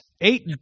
Eight